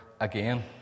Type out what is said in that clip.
again